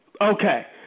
Okay